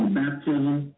baptism